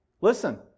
Listen